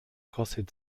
kostet